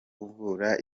uvura